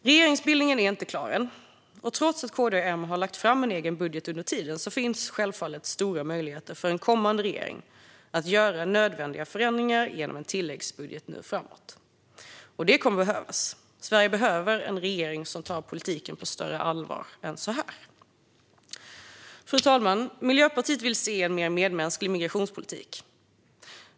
Regeringsbildningen är ännu inte klar, och trots att och KD och M har lagt fram en egen budget under tiden finns självfallet stora möjligheter för en kommande regering att göra nödvändiga förändringar genom en tilläggsbudget nu framåt, och det kommer att behövas. Sverige behöver en regering som tar politiken på större allvar än så här. Fru talman! Miljöpartiet vill se en mer medmänsklig migrationspolitik.